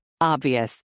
Obvious